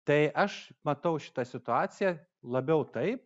tai aš matau šitą situaciją labiau taip